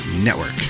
network